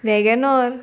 Wagon R